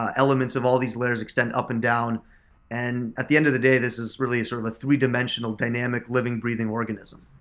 ah elements of all these layers extend up and down and at the end of the day, this is really sort of a three dimensional, living, breathing organism.